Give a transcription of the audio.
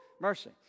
mercy